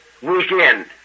Weekend